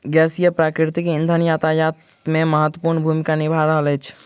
गैसीय प्राकृतिक इंधन यातायात मे महत्वपूर्ण भूमिका निभा रहल अछि